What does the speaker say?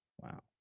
Wow